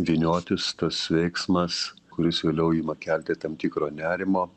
vyniotis tas veiksmas kuris vėliau ima kelti tam tikro nerimo